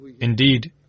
Indeed